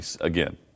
again